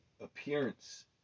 appearance